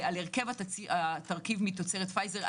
על הרכב התרכיב מתוצרת פייזר,